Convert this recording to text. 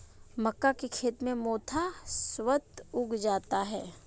मक्का के खेत में मोथा स्वतः उग जाता है